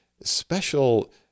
special